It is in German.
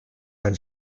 dein